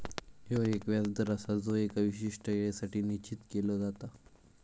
ह्यो एक व्याज दर आसा जो एका विशिष्ट येळेसाठी निश्चित केलो जाता